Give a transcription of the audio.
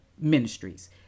Ministries